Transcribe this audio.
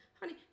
Honey